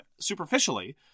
superficially